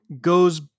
goes